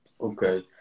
Okay